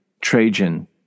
Trajan